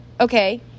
okay